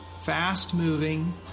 fast-moving